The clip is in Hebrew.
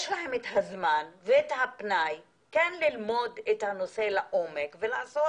יש להם את הזמן והפנאי כן ללמוד את הנושא לעומק ולעשות